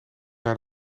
naar